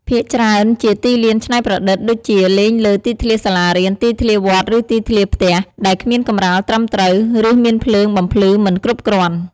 ភាគច្រើនជាទីលានច្នៃប្រឌិត ដូចជាលេងលើទីធ្លាសាលារៀន ទីធ្លាវត្ត ឬទីធ្លាផ្ទះ ដែលគ្មានកម្រាលត្រឹមត្រូវ ឬមានភ្លើងបំភ្លឺមិនគ្រប់គ្រាន់។